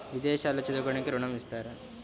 విదేశాల్లో చదువుకోవడానికి ఋణం ఇస్తారా?